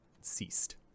ceased